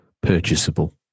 purchasable